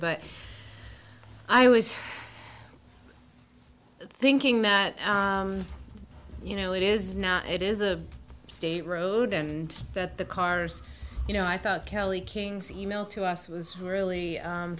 but i was thinking that you know it is not it is a state road and that the cars you know i thought kelly king's e mail to us was really